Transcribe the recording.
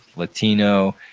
latino,